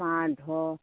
মাৰ ধৰ